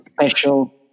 special